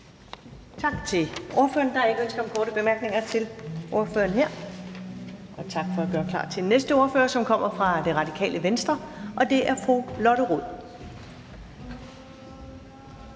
Tak til ordføreren. Der er ikke ønske om korte bemærkninger til ordføreren her. Tak for at gøre klar til den næste ordfører, som kommer fra Det Radikale Venstre, og det er fru Lotte Rod.